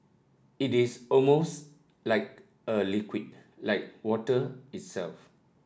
it is almost like a liquid like water itself